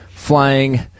flying